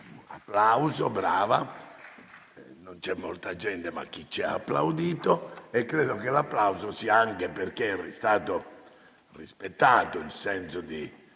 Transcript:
Non c'è molta gente, ma chi c'è ha applaudito. Credo che l'applauso sia anche perché è stato rispettato il senso di